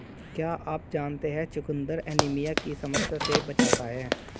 क्या आप जानते है चुकंदर एनीमिया की समस्या से बचाता है?